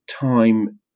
time